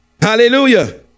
Hallelujah